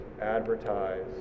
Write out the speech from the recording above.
advertise